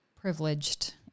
privileged